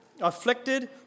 afflicted